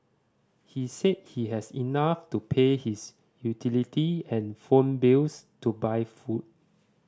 he said he has enough to pay his utility and phone bills to buy food